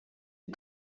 est